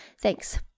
Thanks